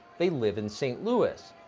they live in st. louis.